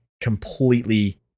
completely